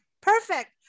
perfect